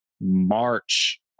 March